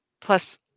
plus